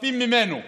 מצפים ממנו להרבה,